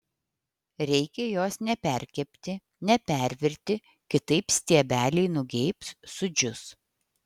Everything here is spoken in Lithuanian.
reikia jos neperkepti nepervirti kitaip stiebeliai nugeibs sudžius